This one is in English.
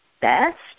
best